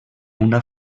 una